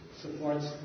supports